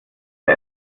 der